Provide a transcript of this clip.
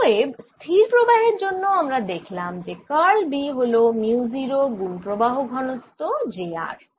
অতএব স্থির প্রবাহের জন্য আমরা দেখলাম যে কার্ল B হল মিউ 0 গুন প্রবাহ ঘনত্ব j r